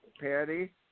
Patty